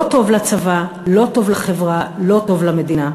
לא טוב לצבא, לא טוב לחברה, לא טוב למדינה.